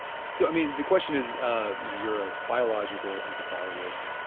so, i mean the question is you're a biological anthropologist and